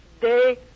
day